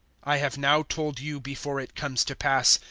i have now told you before it comes to pass,